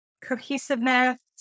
cohesiveness